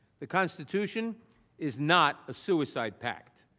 the constitution is not a suicide pact.